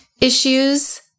issues